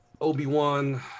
Obi-Wan